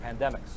pandemics